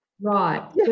Right